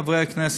חברי הכנסת,